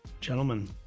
gentlemen